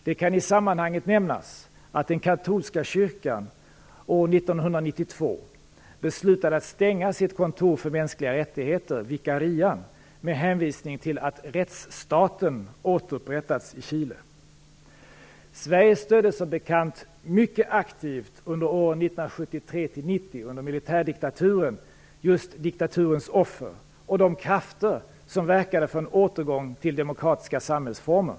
Det kan i sammanhanget nämnas att den katolska kyrkan år 1992 beslutade att stänga sitt kontor för mänskliga rättigheter, Vicarian, med hänvisning till att rättsstaten återupprättats i Sverige stödde som bekant under åren 1973-1990 mycket aktivt militärdiktaturens offer och de krafter som verkade för en återgång till demokratiska samhällsformer.